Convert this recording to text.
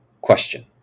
question